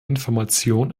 information